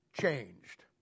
changed